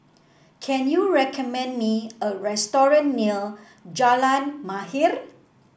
can you recommend me a restaurant near Jalan Mahir